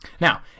Now